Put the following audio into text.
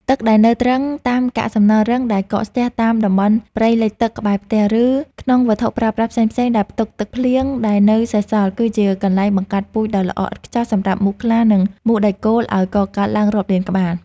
ទឹកដែលនៅទ្រឹងតាមកាកសំណល់រឹងដែលកកស្ទះ តាមតំបន់ព្រៃលិចទឹកក្បែរផ្ទះ ឬក្នុងវត្ថុប្រើប្រាស់ផ្សេងៗដែលផ្ទុកទឹកភ្លៀងដែលនៅសេសសល់ គឺជាកន្លែងបង្កាត់ពូជដ៏ល្អឥតខ្ចោះសម្រាប់មូសខ្លា និងមូសដែកគោលឱ្យកកើតឡើងរាប់លានក្បាល។